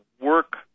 work